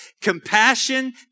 compassion